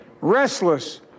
restless